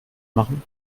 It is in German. machen